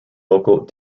local